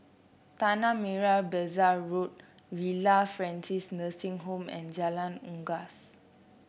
Tanah Merah Besar Road Villa Francis Nursing Home and Jalan Unggas